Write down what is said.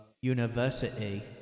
University